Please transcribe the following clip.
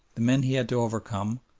the men he had to overcome,